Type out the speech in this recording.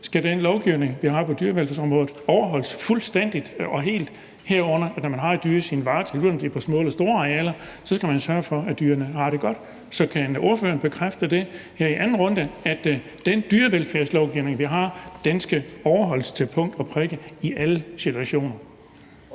skal den lovgivning, vi har på dyrevelfærdsområdet, overholdes fuldstændigt og helt, herunder at man, når man har dyr i sin varetægt – uanset om det er på små eller store arealer – skal sørge for, at dyrene har det godt. Så kan ordføreren bekræfte her i anden runde, at den dyrevelfærdslovgivning, vi har, skal overholdes til punkt og prikke i alle situationer?